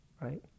Right